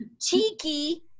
Cheeky